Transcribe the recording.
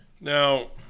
Now